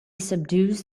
subdues